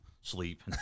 sleep